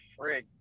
frig